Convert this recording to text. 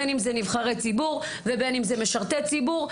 בין אם זה נבחרי ציבור ובין אם זה משרתי ציבור,